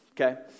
Okay